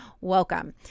Welcome